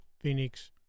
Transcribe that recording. Phoenix